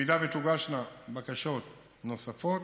אם תוגשנה בקשות נוספות,